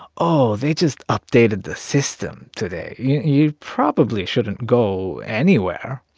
oh, they just updated the system today. you probably shouldn't go anywhere.